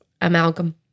amalgam